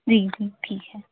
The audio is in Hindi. जी जी ठीक है